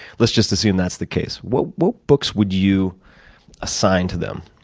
let's just assume that's the case. what what books would you assign to them?